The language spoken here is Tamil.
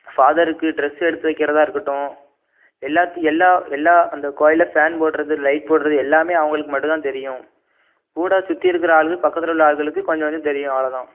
ஃபாதருக்கு ட்ரெஸ் எடுத்து வைக்கின்றதா இருக்கட்டும் எல்லாத்தியும் எல்லா எல்லா அந்த கோவில்ல ஃபேன் போடுறது லைட் போடுறது எல்லாம் அவங்களுக்கு மட்டும் தான் தெரியும் கூட சுற்றி இருக்கிற ஆளுங்க பக்கத்தில் உள்ள ஆளுங்களுக்கு கொஞ்சம் கொஞ்சம் தெரியும் அவ்வளோ தான்